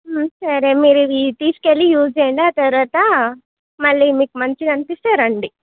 సరే మీరు ఇవి తీసుకెళ్ళి యూజ్ చేయండి ఆ తరువాత మళ్ళీ మీకు మంచిగా అనిపిస్తే రండి